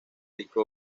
disco